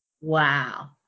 Wow